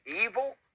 evil